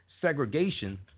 segregation